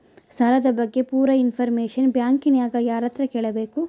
ಸಾಲದ ಬಗ್ಗೆ ಪೂರ ಇಂಫಾರ್ಮೇಷನ ಬ್ಯಾಂಕಿನ್ಯಾಗ ಯಾರತ್ರ ಕೇಳಬೇಕು?